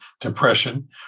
depression